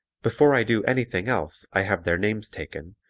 before i do anything else i have their names taken,